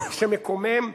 שמקומם,